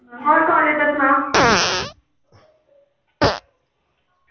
होर कॉलेज़ दा सना